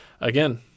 again